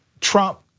Trump